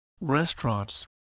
restaurants